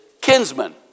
kinsman